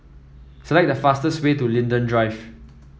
select the fastest way to Linden Drive